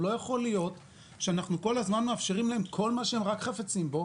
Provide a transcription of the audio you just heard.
לא יכול להיות שאנחנו כול הזמן מאפשרים להם כול מה שהם רק חפצים בו